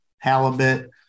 halibut